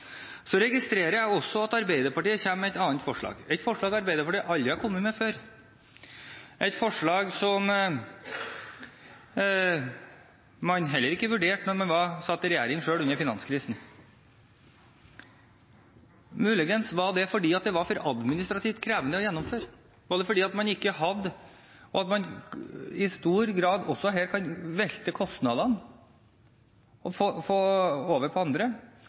Så registrerer jeg også at Arbeiderpartiet kommer med et annet forslag, et forslag Arbeiderpartiet aldri har kommet med før, et forslag som man heller ikke vurderte da man satt i regjering, selv under finanskrisen. Muligens var det fordi det var for administrativt krevende å gjennomføre, og fordi man her i stor grad kan velte kostnadene over på andre, noe som gjør at man ikke nødvendigvis har en provenynøytral ordning. IKT-messige tilpasninger i Nav for å få